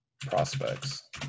Prospects